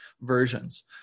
versions